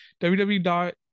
www